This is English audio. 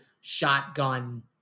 shotgun